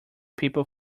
people